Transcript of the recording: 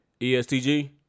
ESTG